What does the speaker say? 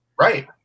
Right